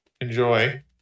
Enjoy